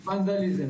ונדליזם.